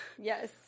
Yes